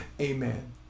amen